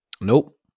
nope